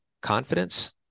confidence